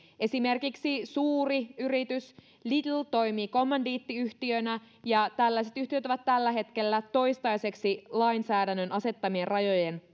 esimerkiksi suuri yritys lidl toimii kommandiittiyhtiönä ja tällaiset yhtiöt ovat tällä hetkellä toistaiseksi lainsäädännön asettamien rajojen